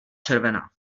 červená